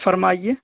فرمائیے